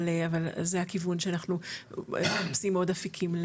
אבל זה הכיוון שאנחנו מכניסים עוד אפיקים,